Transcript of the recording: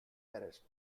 arrest